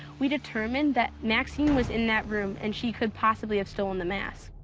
we determined that maxine was in that room, and she could possibly have stolen the mask.